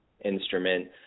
instrument